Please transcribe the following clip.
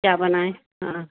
کیا بنائیں ہاں